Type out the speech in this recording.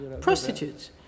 prostitutes